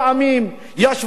ישוו אותנו לאירן,